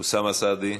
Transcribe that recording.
אוסאמה סעדי,